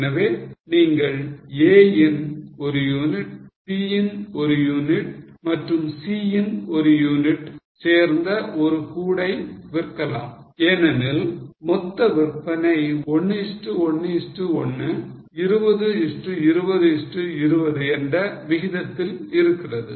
எனவே நீங்கள் A யின் 1 யூனிட் B யின் 1 யூனிட் மற்றும் C யின் 1 யூனிட் சேர்ந்த ஒரு கூடை விற்கலாம் இது 1 1 1 ஏனெனில் மொத்தவிற்பனை 1 is to 1 is to 1 20 is to 20 is to 20 என்ற விகிதத்தில் இருக்கிறது